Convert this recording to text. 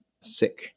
sick